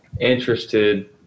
interested